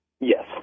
Yes